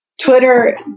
Twitter